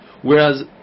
Whereas